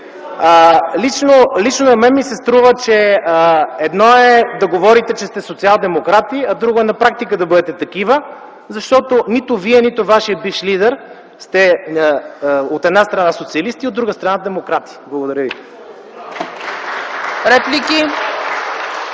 Лично на мен ми се струва, че едно е да говорите, че сте социалдемократи, а друго е на практика да бъдете такива, защото нито вие, нито вашия бивш лидер сте, от една страна, социалисти, от друга страна, демократи. Благодаря ви.